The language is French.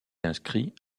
inscrit